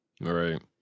right